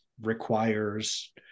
requires